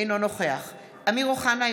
אינו נוכח אמיר אוחנה,